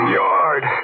yard